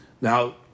Now